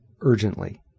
Urgently